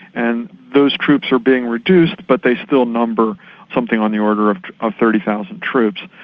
and those troops are being reduced but they still number something on the order of of thirty thousand troops.